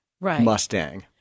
Mustang